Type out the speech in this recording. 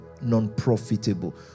non-profitable